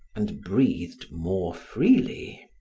and breathed more freely.